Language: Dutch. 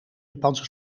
japanse